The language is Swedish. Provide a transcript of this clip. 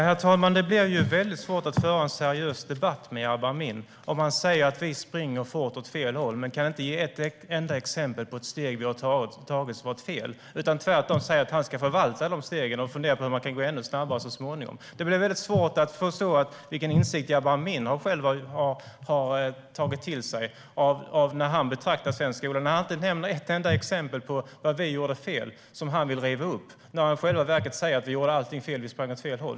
Herr talman! Det blir mycket svårt att föra en seriös debatt med Jabar Amin när han säger att vi springer fort åt fel men inte kan ge ett enda exempel på ett steg som vi har tagit och som har varit fel. Tvärtom säger han att han ska förvalta dessa steg och fundera på hur man ska kunna gå ännu snabbare så småningom. Det blir mycket svårt att förstå vilken insikt Jabar Amin har tagit till sig när han har betraktat svensk skola när han inte nämner ett enda exempel på vad vi gjorde fel och som han vill riva upp. Han säger i själva verket att vi gjorde allting fel och sprang åt fel håll.